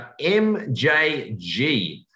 MJG